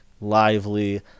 Lively